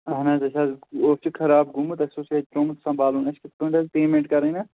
آہَن حظ اَسہِ حظ اوس یہِ خراب گوٚمُت اَسہِ اوس یہِ اَتہِ ترٛوومُت سنمبالُن اَسہِ کِتھٕ کٔنۍ حظ پیمیٚنٛٹ کَرٕنۍ اَتھ